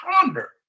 Ponder